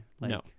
No